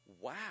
Wow